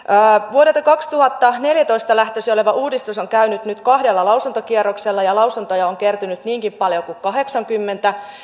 vuodelta kaksituhattaneljätoista lähtöisin oleva uudistus on käynyt nyt kahdella lausuntokierroksella ja lausuntoja on kertynyt niinkin paljon kuin kahdeksankymmentä